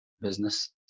business